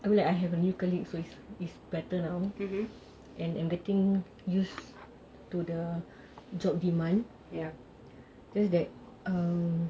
yes